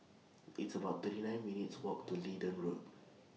It's about thirty nine minutes' Walk to Leedon Road